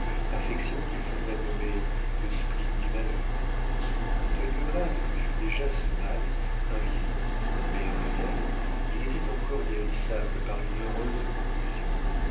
affection qu'il faudrait nommer le spleen du malheur quelque grave que fût déjà ce mal invisible mais réel il était encore guérissable par une heureuse conclusion